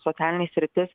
socialinė sritis